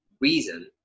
reason